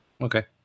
okay